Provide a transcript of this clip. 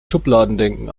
schubladendenken